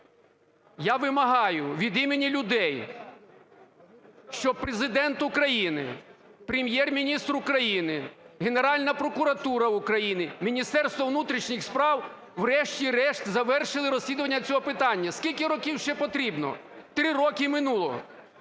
Я вимагаю від імені людей, щоб Президент України, Прем'єр-міністр України, Генеральна прокуратура України, Міністерство внутрішніх справ врешті-решт завершили розслідування цього питання. Скільки років ще потрібно? Три роки минуло